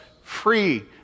free